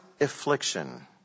affliction